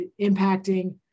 impacting